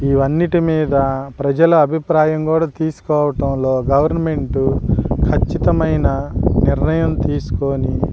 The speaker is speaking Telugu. ఇవన్నింటి మీద ప్రజల అభిప్రాయం కూడా తీసుకోవటంలో గవర్నమెంటు ఖచ్చితమైన నిర్ణయం తీసుకొని